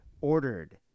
ordered